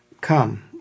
come